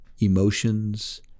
emotions